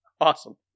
Awesome